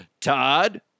Todd